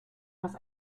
was